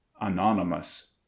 Anonymous